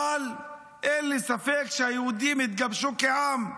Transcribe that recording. אבל אין לי ספק שהיהודים התגבשו כעם,